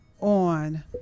on